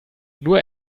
nur